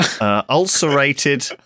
Ulcerated